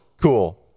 Cool